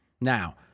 Now